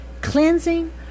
cleansing